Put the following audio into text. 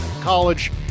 college